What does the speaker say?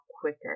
quicker